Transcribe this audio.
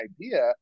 idea